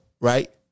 right